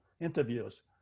interviews